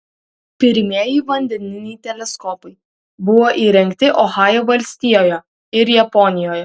pirmieji vandeniniai teleskopai buvo įrengti ohajo valstijoje ir japonijoje